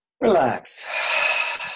Relax